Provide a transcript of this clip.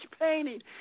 painting